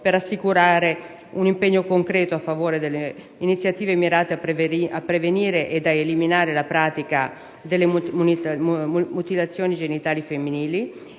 per assicurare un impegno concreto a favore delle iniziative mirate a prevenire ed eliminare la pratica delle mutilazioni genitali femminili.